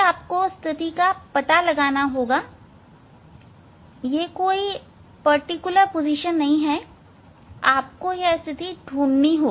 आपको पता लगाना होगा यह कोई विशेष स्थिति नहीं हो सकती